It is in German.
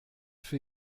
für